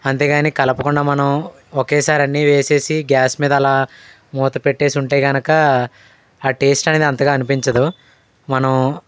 అంతేగానీ కలపకుండా మనం ఒకేసారి అన్నీ వేసేసి గ్యాస్ మీద అలా మూత పెట్టేసి ఉంటే గనక టేస్ట్ అనేది అంతగా అనిపించదు మనం